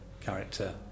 character